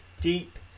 deep